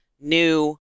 new